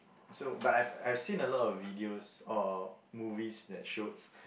so but I've I've seen a lot of videos or movies that showed